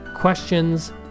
questions